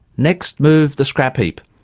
next move the scrap heap!